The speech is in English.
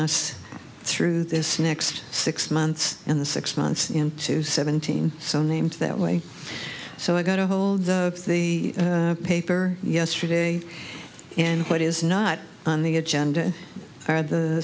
us through this next six months and the six months into seventeen so name to that way so i got a hold of the paper yesterday and what is not on the agenda are the